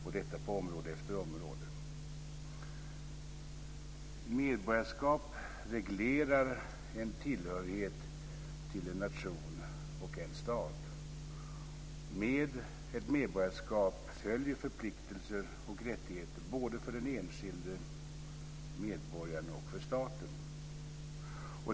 Och detta görs på område efter område. Medborgarskap reglerar en tillhörighet till en nation och en stat. Med ett medborgarskap följer förpliktelser och rättigheter, både för den enskilde medborgaren och för staten.